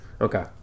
Okay